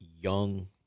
young